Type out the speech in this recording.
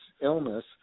illness